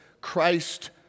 Christ